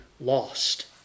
lost